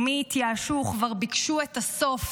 ומי התייאשו וכבר ביקשו את הסוף,